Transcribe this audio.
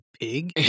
pig